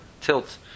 tilt